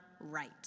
right